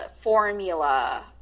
formula